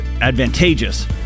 advantageous